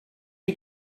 you